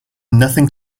nothing